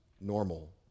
normal